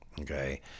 okay